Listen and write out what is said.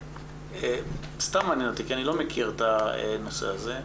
אני לא מכיר את הנושא הזה.